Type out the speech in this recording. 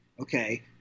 okay